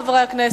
חברי חברי הכנסת,